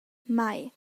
mai